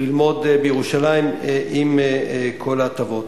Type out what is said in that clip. ללמוד בירושלים עם כל ההטבות.